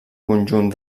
conjunt